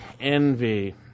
envy